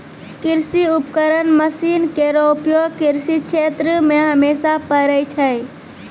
कृषि उपकरण मसीन केरो उपयोग कृषि क्षेत्र मे हमेशा परै छै